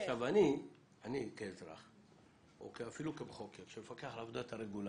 אני כאזרח או אפילו כמחוקק שמפקח על עבודת הרגולטור,